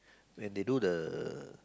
when they do the